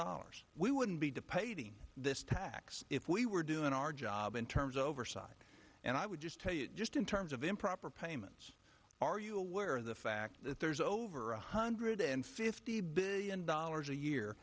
dollars we wouldn't be dip a thing this tax if we were doing our job in terms of oversight and i would just tell you just in terms of improper payments are you aware of the fact that there's over a hundred and fifty billion dollars a year